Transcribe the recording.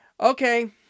Okay